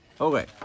Okay